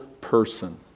person